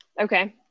Okay